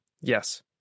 Yes